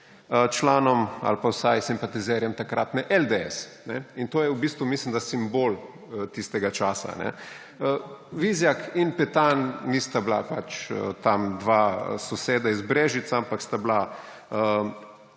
članom ali pa vsaj simpatizerjem takratne LDS. To je v bistvu, mislim da, simbol tistega časa. Vizjak in Petan nista bila pač tam dva soseda iz Brežic, ampak sta bila